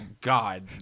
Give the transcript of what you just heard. God